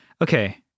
okay